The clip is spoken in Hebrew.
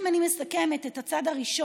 אם אני מסכמת את הצעד הראשון,